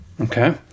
Okay